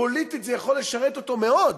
פוליטית זה יכול לשרת אותו מאוד,